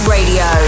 Radio